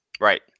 Right